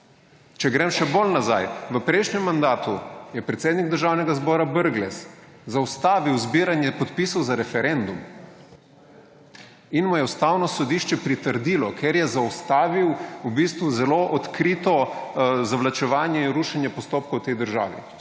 Če grem še bolj nazaj. V prejšnjem mandatu je predsednik Državnega zbora Brglez zaustavil zbiranje podpisov za referendum. In mu je Ustavno sodišče pritrdilo, ker je zaustavil v bistvu zelo odkrito zavlačevanje in rušenje postopkov v tej državi.